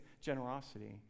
generosity